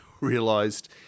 realised